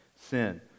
sin